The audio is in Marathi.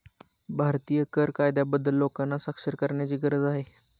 भारतीय कर कायद्याबद्दल लोकांना साक्षर करण्याची गरज आहे